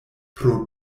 pro